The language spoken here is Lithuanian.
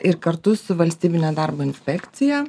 ir kartu su valstybine darbo inspekcija